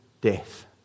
death